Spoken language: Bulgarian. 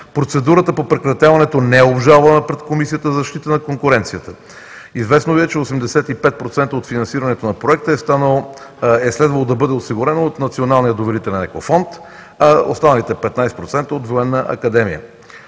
Процедурата по прекратяването не е обжалвана пред Комисията за защита на конкуренцията. Известно Ви е, че 85% от финансирането на проекта е следвало да бъде осигурено от Националния доверителен Екофонд, а останалите 15% – от